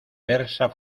versa